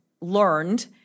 learned